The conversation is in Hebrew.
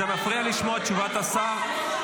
היחיד מסיעת הליכוד שהצביע נגד העסקה.